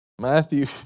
Matthew